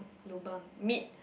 lobang meet